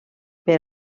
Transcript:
per